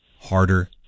harder